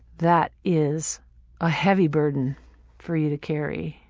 that is a heavy burden for you to carry.